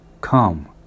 Come